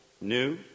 new